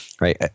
right